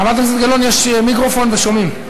חברת הכנסת גלאון, יש מיקרופון ושומעים.